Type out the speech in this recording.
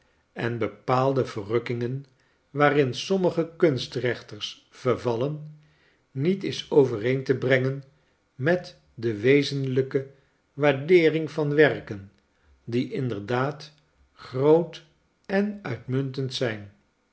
en bepaalde verrukkingen waarin sommige kunstrechters vervallen niet is overeen te brengen met de wezenlijke waardeering van werk en die inderdaad groot en uitmuntend zijn